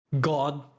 god